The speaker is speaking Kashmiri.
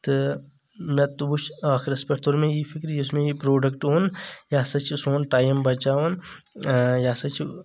تہٕ مےٚ وُچھ أخرس پٮ۪ٹھ توٚر مےٚ یی فِکرِ یُس مےٚ یہِ پروڈکٹ اوٚن یہِ ہسا چھ سون ٹایم بچاوان أں یہِ ہسا چھُ